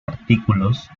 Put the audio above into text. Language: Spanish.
artículos